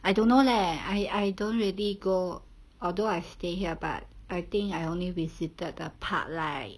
I don't know leh I I don't really go although I stay here but I think I only visited the park right